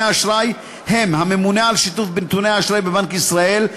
האשראי הם הממונה על שיתוף בנתוני האשראי בבנק ישראל,